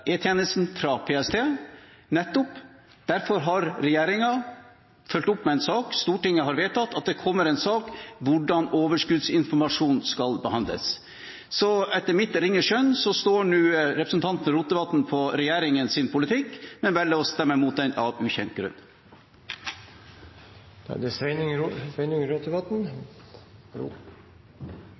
fra PST. Nettopp, og derfor har regjeringen fulgt opp med en sak – Stortinget har vedtatt at det kommer en sak – om hvordan overskuddsinformasjon skal behandles. Så etter mitt ringe skjønn står nå representanten Rotevatn på regjeringens politikk, men velger å stemme imot den – av ukjent grunn.